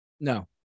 No